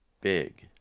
big